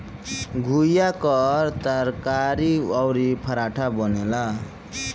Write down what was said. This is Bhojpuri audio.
घुईया कअ तरकारी अउरी पराठा बनेला